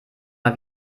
mal